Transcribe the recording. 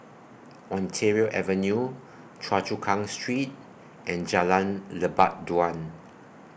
Ontario Avenue Choa Chu Kang Street and Jalan Lebat Daun